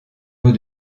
nous